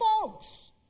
folks